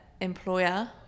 employer